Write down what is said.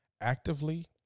Actively